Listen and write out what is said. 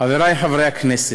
חברי חברי הכנסת,